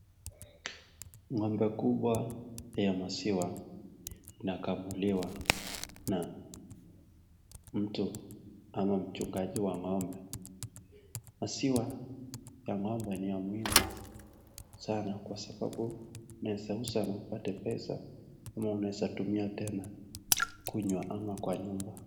Ng'ombe kubwa ya maziwa inakamuliwa na mtu ama mchungaji wa ng'ombe. Maziwa ya ng'ombe ni ya muhimu saana kwa sababu unaeza uza na upate pesa na unaweza tumia tena kunywa ama kwa nyumba